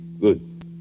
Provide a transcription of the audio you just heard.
Good